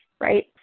right